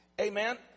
Amen